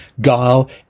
guile